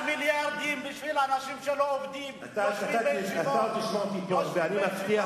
למה אתה לא מדבר על מיליארדים בשביל אנשים שלא עובדים,